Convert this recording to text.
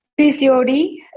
PCOD